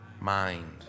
mind